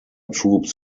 troops